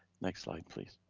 next slide, please.